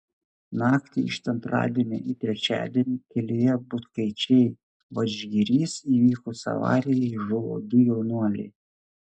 naktį iš antradienio į trečiadienį kelyje butkaičiai vadžgirys įvykus avarijai žuvo du jaunuoliai